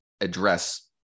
address